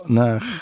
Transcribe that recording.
naar